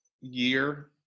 year